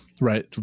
right